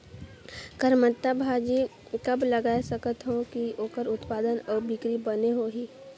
करमत्ता भाजी कब लगाय सकत हो कि ओकर उत्पादन अउ बिक्री बने होही?